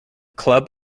club